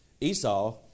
Esau